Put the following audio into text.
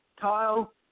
Kyle